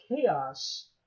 Chaos